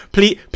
Please